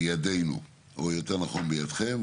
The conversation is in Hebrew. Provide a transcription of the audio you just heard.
בידינו, או יותר נכון, בידכם.